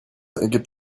ergibt